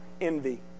envy